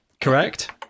correct